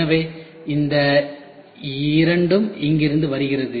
எனவே இந்த இரண்டு இங்கிருந்து வருகிறது